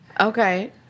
Okay